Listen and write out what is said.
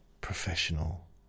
professional